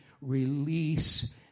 release